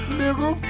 nigga